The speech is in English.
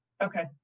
okay